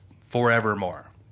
forevermore